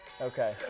Okay